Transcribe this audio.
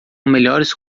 melhores